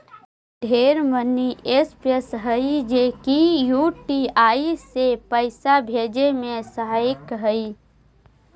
ढेर money apps हई जे की यू.पी.आई से पाइसा भेजे में सहायक हई